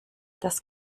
das